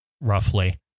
roughly